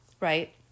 right